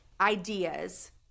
ideas